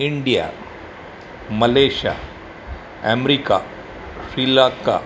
India Malaysia America Sri Lanka